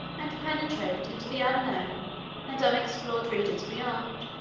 and penetrate into the unknown and unexplored regions beyond,